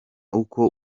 uko